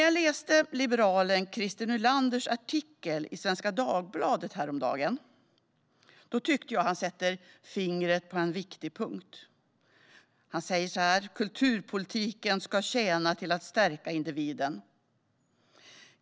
Jag läste liberalen Christer Nylanders artikel i Svenska Dagbladet häromdagen och tycker att han sätter fingret på en viktig punkt när han skriver att kulturpolitiken ska tjäna till att stärka individen.